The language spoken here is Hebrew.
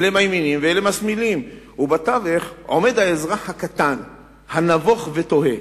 אלה מימינים ואלה משמאילים ובתווך עומד האזרח הנבוך ותוהה,